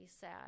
sad